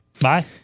Bye